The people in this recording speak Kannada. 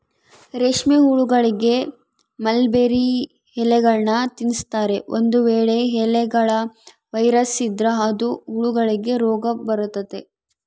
ರೇಷ್ಮೆಹುಳಗಳಿಗೆ ಮಲ್ಬೆರ್ರಿ ಎಲೆಗಳ್ನ ತಿನ್ಸ್ತಾರೆ, ಒಂದು ವೇಳೆ ಎಲೆಗಳ ವೈರಸ್ ಇದ್ರ ಅದು ಹುಳಗಳಿಗೆ ರೋಗಬರತತೆ